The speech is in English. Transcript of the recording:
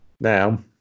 now